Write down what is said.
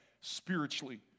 spiritually